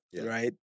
right